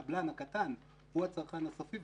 הקבלן הקטן הוא הצרכן הסופי,